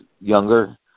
younger